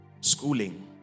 schooling